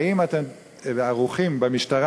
האם אתם ערוכים במשטרה?